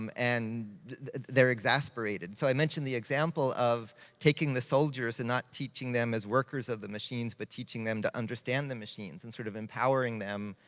um and they're exasperated. so i mentioned the example of taking the soldiers and not teaching them as workers of the machines, but teaching them to understand the machines, and sort of empowering them,